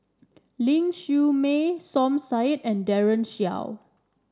Ling Siew May Som Said and Daren Shiau